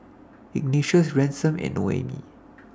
Ignatius Ransom and Noemie